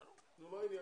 נו, מה העניין?